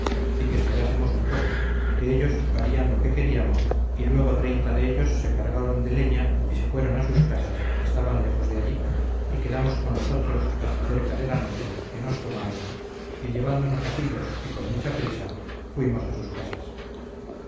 y que esperásemos un poco que ellos harían lo que queríamos y luego treinta de ellos se cargaron de leña y se fueron a sus casas que estaban lejos de allí y quedamos con los otros hasta cerca de la noche que nos tomaron y llevándonos asidos y con mucha prisa fuimos a sus casas